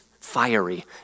fiery